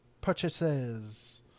purchases